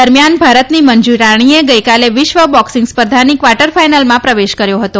દરમિયાન ભારતની મંજુરાણી ગઇકાલે વિશ્વ બોક્સિંગ સ્પર્ધાની ક્વાર્ટર ફાઇનલમાં પ્રવેશ કર્યો હતો